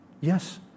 Yes